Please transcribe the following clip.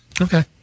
Okay